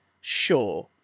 sure